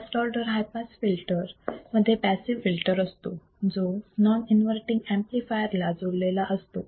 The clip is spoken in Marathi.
first order high pass filter मध्ये पॅसिव्ह फिल्टर असतो जो नॉन इन्वर्तींग ऍम्प्लिफायर ला जोडलेला असतो